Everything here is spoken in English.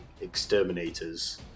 exterminators